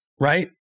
right